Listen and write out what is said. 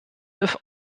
neuf